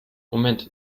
moment